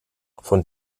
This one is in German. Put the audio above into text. von